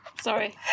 sorry